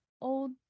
old